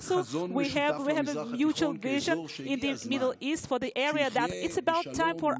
ויש לנו גם חזון משותף למזרח התיכון כאזור שהגיע הזמן שיחיה בשלום,